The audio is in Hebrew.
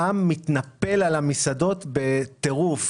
העם מתנפל על המסעדות בטירוף.